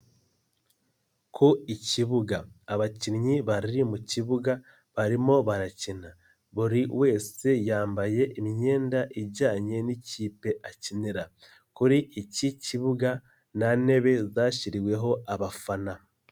Ku ikibuga abakinnyi bari mu kibuga barimo barakina, buri wese yambaye imyenda ijyanye n'ikipe akinira kuri iki kibuga nta ntebe zashyiriweho abafana.